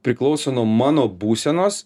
priklauso nuo mano būsenos